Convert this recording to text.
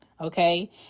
Okay